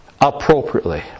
appropriately